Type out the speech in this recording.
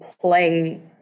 play